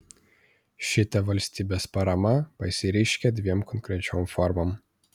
šita valstybės parama pasireiškia dviem konkrečiom formom